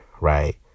right